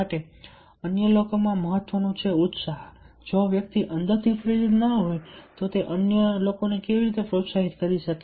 માટે અન્ય લોકોમાં મહત્વનો છે ઉત્સાહ જો વ્યક્તિ અંદરથી પ્રેરિત ન હોય તો તે અન્ય લોકોને કેવી રીતે પ્રોત્સાહિત કરી શકે